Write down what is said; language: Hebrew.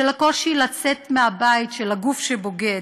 של הקושי לצאת מהבית, של הגוף שבוגד.